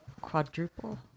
quadruple